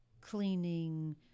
cleaning